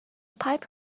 pipe